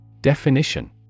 Definition